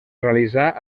realitzà